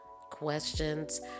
questions